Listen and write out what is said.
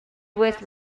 with